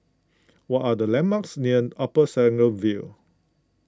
what are the landmarks near Upper Serangoon View